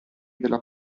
della